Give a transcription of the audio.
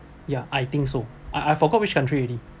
ya I think so I I forgot which country already